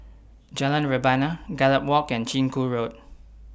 Jalan Rebana Gallop Walk and Chiku Road